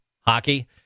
hockey